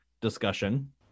discussion